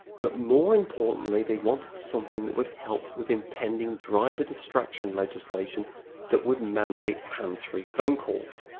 but more importantly they wanted something that would help with impending driver distraction legislation that would mandate hands-free phone calls.